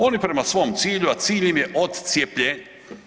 Oni prema svom cilju, a cilj im je odcjepljenje.